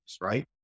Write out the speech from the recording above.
right